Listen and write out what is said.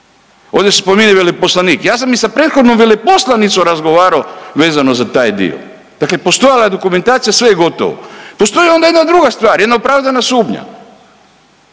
Ovdje se spominje i veleposlanik. Ja sam i sa prethodnom veleposlanicom razgovarao vezano za taj dio. Dakle, postojala je dokumentacija, sve je gotovo. Postoji onda jedna druga stvar, jedna opravdana sumnja.